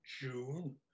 June